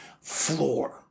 floor